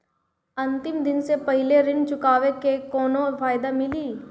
अंतिम दिन से पहले ऋण चुकाने पर कौनो फायदा मिली?